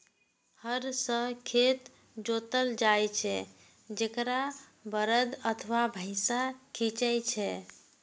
हर सं खेत जोतल जाइ छै, जेकरा बरद अथवा भैंसा खींचै छै